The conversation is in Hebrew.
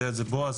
יודע את זה בועז,